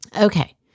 Okay